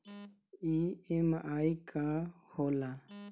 EMI का होला?